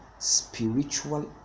Spiritual